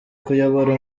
kuyobora